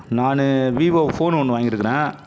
நான் Vivo phone ஒன்று வாங்கியிருக்குறேன்